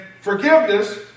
forgiveness